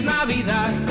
Navidad